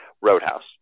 Roadhouse